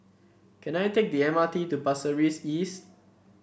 can I take the M R T to Pasir Ris East